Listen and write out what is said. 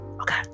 okay